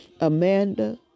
Amanda